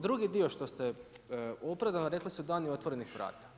Drugi dio što ste opravdano rekli, su dani otvorenih vrata.